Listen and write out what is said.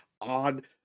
on